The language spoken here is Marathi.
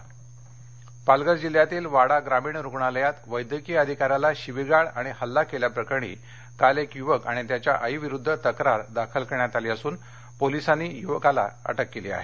पालघर डॉक्टर मारहाण पालघर जिल्ह्यातील वाडा ग्रामीण रुग्णालयात वैद्यकीय अधिकाऱ्याला शिवीगाळ आणि हल्ला केल्या प्रकरणी काल एक युवक आणि त्याच्या आईविरुद्ध तक्रार दाखल करण्यात आली असून पोलिसांनी युवकाला अटक केली आहे